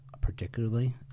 particularly